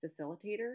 facilitator